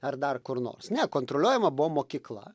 ar dar kur nors ne kontroliuojama buvo mokykla